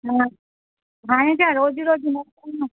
मूं वटि हाणे छा रोज़ु रोज़ु मोकिलींदमि